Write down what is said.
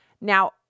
Now